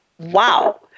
Wow